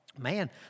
man